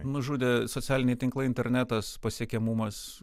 nužudė socialiniai tinklai internetas pasiekiamumas